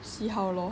see how lor